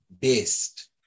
based